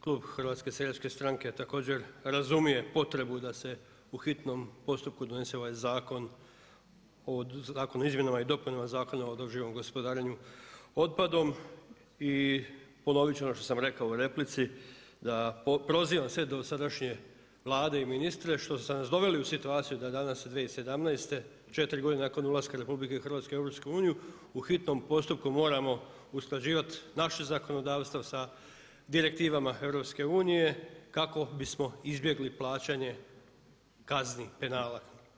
Klub HSS-a također razumije potrebu da se u hitnom postupku donese ovaj Zakon o izmjenama i dopunama o Zakonu o održivom gospodarenju otpadom i ponovit ću ono što sam rekao u replici da prozivam sve dosadašnje Vlade i ministre što su nas doveli u situaciju da danas 2017., 4 godine nakon ulaska RH u EU, u hitnom postupku moramo usklađivat naše zakonodavstvo sa direktivama EU-a kako bismo izbjegli plaćanje kazni, penala.